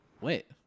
wait